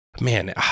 man